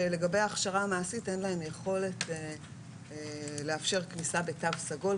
שלגבי ההכשרה המעשית אין להם יכולת לאפשר כניסה בתו סגול,